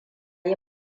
yi